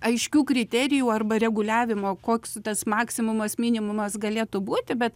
aiškių kriterijų arba reguliavimo koks tas maksimumas minimumas galėtų būti bet